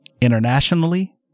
internationally